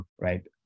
right